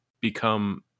become